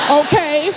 okay